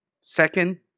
Second